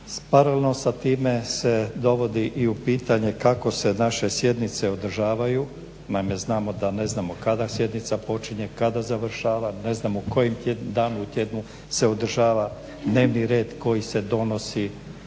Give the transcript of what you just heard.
Paralelno s time se dovodi i u pitanje kako se naše sjednice odražavaju. Naime, znamo da ne znamo kada sjednica počinje, kada završava, ne znamo koji dan u tjednu se održava, dnevni red koji se donosi,